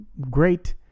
great